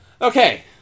Okay